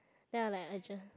then I like adjust